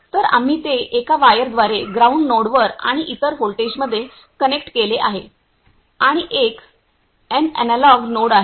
तर आम्ही ते एका वायरद्वारे ग्राउंड नोडवर आणि इतर व्होल्टेजमध्ये कनेक्ट केले आहे आणि एक एन एनालॉग नोड आहे